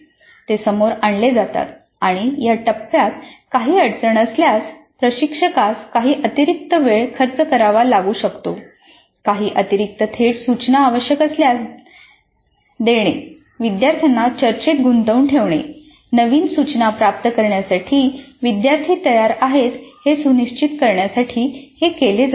ते समोर आणले जातात आणि या टप्प्यात काही अडचण असल्यास प्रशिक्षकास काही अतिरिक्त वेळ खर्च करावा लागू शकतो काही अतिरिक्त थेट सूचना आवश्यक असल्यास देणे विद्यार्थ्यांना चर्चेत गुंतवून ठेवणे नवीन सूचना प्राप्त करण्यासाठी विद्यार्थी तयार आहेत हे सुनिश्चित करण्यासाठी हे केले जाते